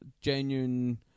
genuine